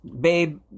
Babe